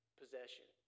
possession